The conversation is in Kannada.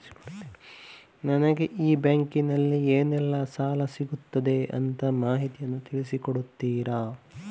ನನಗೆ ಈ ಬ್ಯಾಂಕಿನಲ್ಲಿ ಏನೆಲ್ಲಾ ಸಾಲ ಸಿಗುತ್ತದೆ ಅಂತ ಮಾಹಿತಿಯನ್ನು ತಿಳಿಸಿ ಕೊಡುತ್ತೀರಾ?